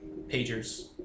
Pagers